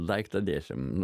daiktą dėsim nu